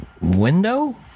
window